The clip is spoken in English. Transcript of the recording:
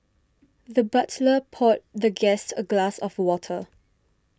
the butler poured the guest a glass of water